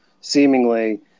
seemingly